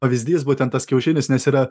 pavyzdys būtent tas kiaušinis nes yra